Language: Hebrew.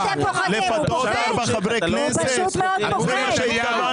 לפתות ארבעה חברי כנסת, זאת לא בושה?